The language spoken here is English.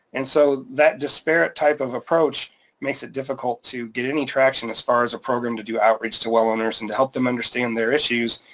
and so that disparate type of approach makes it difficult to get any traction as far as a program to do outreach to well owners and to help them understand their issues,